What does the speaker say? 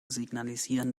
signalisieren